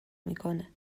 میکنه